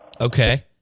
Okay